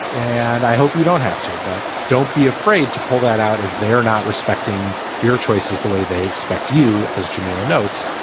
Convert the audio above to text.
and i hope you don't have to. but don't be afraid to pull that out if they're not respecting your choices the way they expect you as jamila notes,